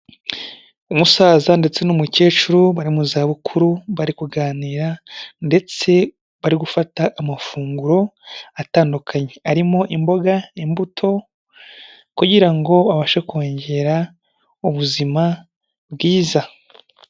Umusaza ndetse n'umukecuru bari mu zabukuru bari kuganira ndetse bari gufata amafunguro atandukanye arimo imboga, imbuto, kugira ngo babashe kongera ubuzima bwiza.